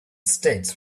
states